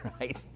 right